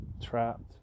trapped